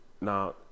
now